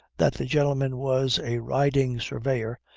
that the gentleman was a riding surveyor,